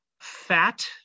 fat